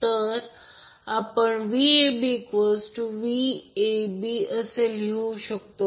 तर आपण VabVAB असे लिहू शकतो